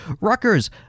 Rutgers